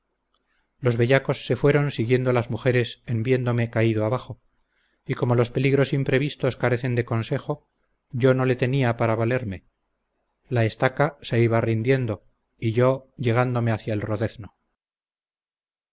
los bellacos se fueron siguiendo las mujeres en viéndome caído abajo y como los peligros imprevistos carecen de consejo yo no le tenía para valerme la estaca se iba rindiendo y yo llegándome hacia el rodezno